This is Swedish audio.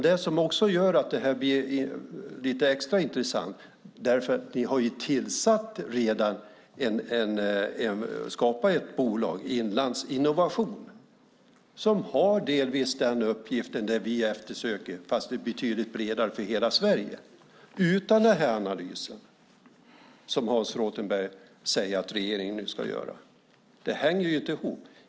Det som gör att det blir lite extra intressant är att ni redan har skapat ett bolag, Inlandsinnovation, som delvis har den uppgift som vi eftersöker, fast betydligt bredare, för hela Sverige, utan den analys som Hans Rothenberg säger att regeringen nu ska göra. Det hänger inte ihop.